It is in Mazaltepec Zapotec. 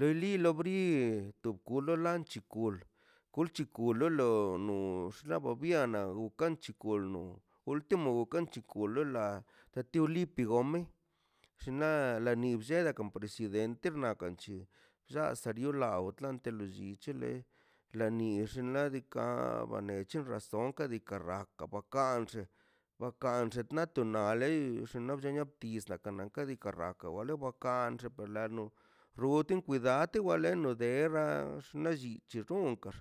Le li lo bri pola lanchi kul pulchu kulo loi no nox la obiana o kan chi kulno ultimo kan chi kulno lo la te tiolipu gone xinla la ni bllelgakan accidente la nax anchi lla serio lalla anto lo llichile la nix xnaꞌ diikaꞌ banech razon diika raka baka wale bakanx lano rutin kuidate leno dex ra laxichi runkax